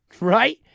Right